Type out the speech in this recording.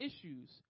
issues